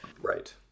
Right